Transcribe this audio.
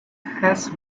has